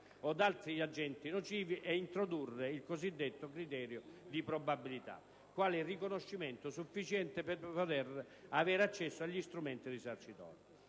o ad altri agenti nocivi, e introdurre il cosiddetto criterio di probabilità quale riconoscimento sufficiente per poter avere accesso agli strumenti risarcitori.